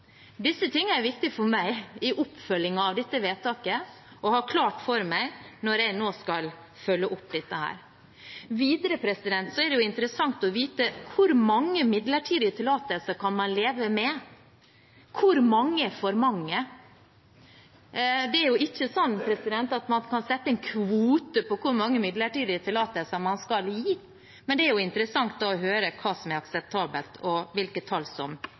Disse tingene er viktige for meg å ha klart for meg i oppfølgingen av dette vedtaket. Videre er det interessant å vite: Hvor mange midlertidige tillatelser kan man leve med? Hvor mange er for mange? Det er jo ikke sånn at man kan sette en kvote på hvor mange midlertidige tillatelser man skal gi, men det er interessant å høre hva som er akseptabelt, og hvilke tall som